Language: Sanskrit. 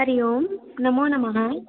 हरि ओम् नमोनमः